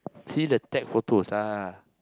see the tag photos lah